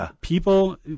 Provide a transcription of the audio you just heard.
People